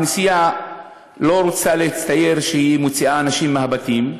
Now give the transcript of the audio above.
הכנסייה לא רוצה להצטייר כמי שמוציאה אנשים מהבתים,